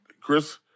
Chris